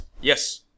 yes